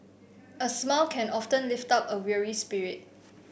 a smile can often lift up a weary spirit